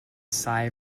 sigh